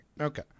Okay